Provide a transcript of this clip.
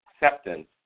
acceptance